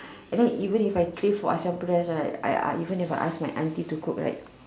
and then even if I crave for Asam-pedas right I uh even if I ask my auntie to cook right